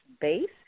base